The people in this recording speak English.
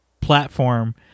platform